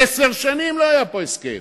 עשר שנים לא היה פה הסכם.